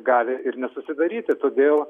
gali ir nesusidaryti todėl